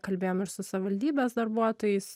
kalbėjom ir su savivaldybės darbuotojais